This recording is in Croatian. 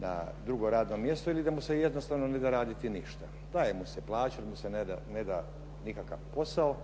na drugo radno mjesto ili da mu se jednostavno ne da raditi ništa. Daje mu se plaća ali mu se neda nikakav posao,